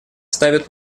ставит